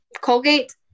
Colgate